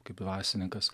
kaip dvasininkas